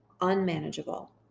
unmanageable